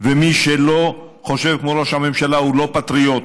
ומי שלא חושב כמו ראש הממשלה הוא לא פטריוט.